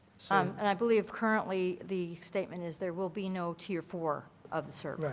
so um and i believe currently the statement is there will be no tier four of the sort of ah